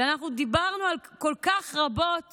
כשאנחנו דיברנו כל כך רבות